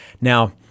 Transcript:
Now